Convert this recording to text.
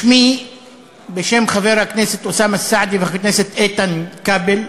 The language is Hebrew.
בשמי ובשם חבר הכנסת אוסאמה סעדי וחבר הכנסת איתן כבל,